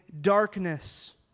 darkness